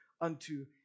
unto